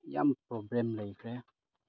ꯌꯥꯝ ꯄ꯭ꯔꯣꯕ꯭ꯂꯦꯝ ꯂꯩꯈ꯭ꯔꯦ